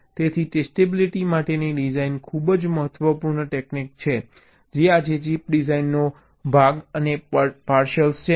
તેથી ટેસ્ટેબિલિટી માટેની ડિઝાઇન ખૂબ જ મહત્વપૂર્ણ ટેક્નીક છે જે આજે ચિપ ડિઝાઇનનો ભાગ અને પાર્સલ છે